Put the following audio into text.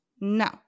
No